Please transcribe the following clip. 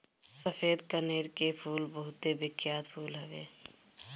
सफ़ेद कनेर के फूल बहुते बिख्यात फूल हवे